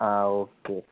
ആ ഓക്കെ